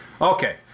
Okay